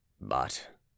But